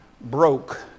broke